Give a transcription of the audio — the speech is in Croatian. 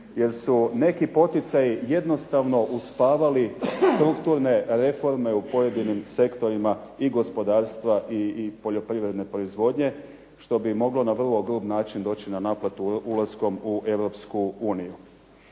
jer su neki poticaji jednostavno uspavali strukturne reforme u pojedinim sektorima i gospodarstva i poljoprivredne proizvodnje, što bi moglo na vrlo grub način doći na naplatu ulaskom u Europsku uniju,